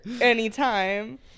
anytime